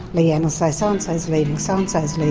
leanne will say, so-and-so's leaving, so-and-so's leaving